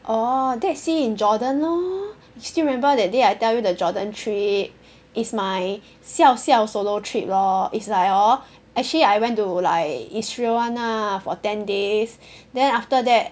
orh dead sea in Jordan lor still remember that day I tell you the Jordan trip it's my 笑笑 solo trip lor it's like hor actually I went to like Israel [one] lah for ten days then after that